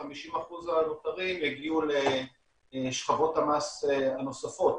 50% הנותרים יגיעו לשכבות המס הנוספות.